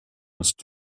ist